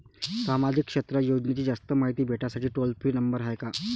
सामाजिक क्षेत्र योजनेची जास्त मायती भेटासाठी टोल फ्री नंबर हाय का?